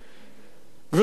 גברתי היושבת-ראש,